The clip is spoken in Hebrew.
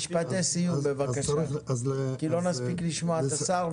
משפטי סיום כי לא נספיק לשמוע את השר,